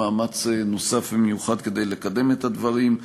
מאמץ נוסף ומיוחד כדי לקדם את הדברים.